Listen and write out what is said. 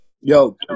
Yo